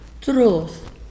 truth